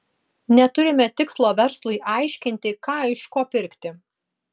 neturime tikslo verslui aiškinti ką iš ko pirkti